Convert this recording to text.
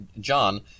John